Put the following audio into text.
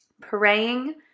praying